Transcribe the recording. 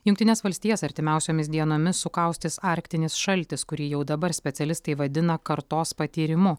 jungtines valstijas artimiausiomis dienomis sukaustęs arktinis šaltis kurį jau dabar specialistai vadina kartos patyrimu